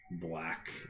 black